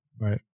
right